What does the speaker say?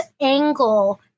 angle